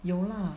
有啦